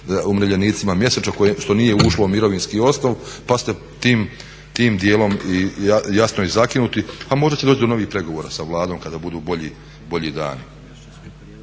umirovljenicima mjesečno što nije ušlo u mirovinski osnov, pa ste tim dijelom jasno i zakinuti. A možda će doći do novih pregovora sa Vladom kada budu bolji dani.